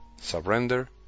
surrender